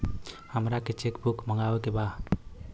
हमारा के cheque book मगावे के बा?